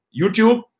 YouTube